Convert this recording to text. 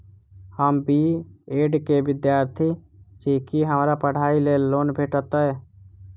हम B Ed केँ विद्यार्थी छी, की हमरा पढ़ाई लेल लोन भेटतय?